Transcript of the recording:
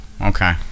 Okay